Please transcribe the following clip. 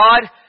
God